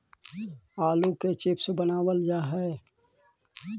आलू के चिप्स बनावल जा हइ